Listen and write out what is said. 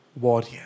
warrior